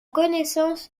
connaissance